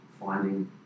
finding